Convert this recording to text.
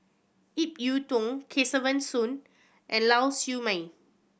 Ip Yiu Tung Kesavan Soon and Lau Siew Mei